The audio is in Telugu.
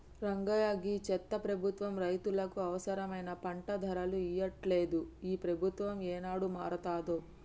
రంగయ్య గీ చెత్త ప్రభుత్వం రైతులకు అవసరమైన పంట ధరలు ఇయ్యట్లలేదు, ఈ ప్రభుత్వం ఏనాడు మారతాదో